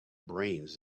brains